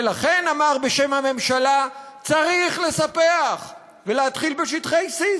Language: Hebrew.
ולכן אמר בשם הממשלה: צריך לספח ולהתחיל בשטחי C,